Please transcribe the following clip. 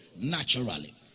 naturally